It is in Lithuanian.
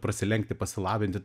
prasilenkti pasilabinti